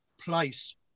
place